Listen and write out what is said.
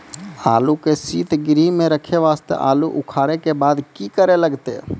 आलू के सीतगृह मे रखे वास्ते आलू उखारे के बाद की करे लगतै?